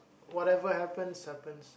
whatever happens happens